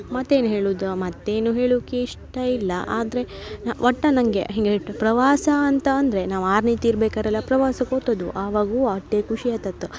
ಮತ್ತು ಏನು ಹೇಳುದ ಮತ್ತು ಏನು ಹೇಳುಕ್ಕೆ ಇಷ್ಟ ಇಲ್ಲ ಆದರೆ ಒಟ್ಟ ನನಗೆ ಹೀಗೆ ಪ್ರವಾಸ ಅಂತ ಅಂದರೆ ನಾವು ಆರ್ನೇತಿ ಇರ್ಬೇಕಾರೆಲ್ಲ ಪ್ರವಾಸಕ್ಕೆ ಹೋಗ್ತದ್ವು ಅವಾಗೂ ಅಟ್ಟೇ ಖುಷಿ ಆಯ್ತಿತ್ತ